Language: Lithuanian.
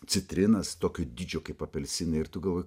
citrinas tokio dydžio kaip apelsinai ir tu galvoji